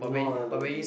no lah don't think